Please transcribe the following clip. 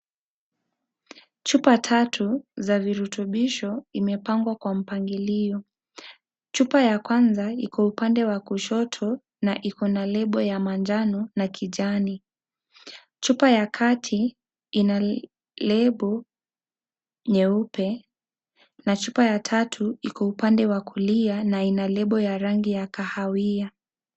Chupa tatu za virutubisho imepangwa kwa mpangilio chupa ya kwanza iko upande wa kushoto na iko na lebo ya manjano na kijani chupa ya kati ina lebo nyeupe na chupa ya tatu iko upande wa kulia na ina lebo ya rangi ya kahawia.